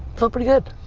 felt pretty good.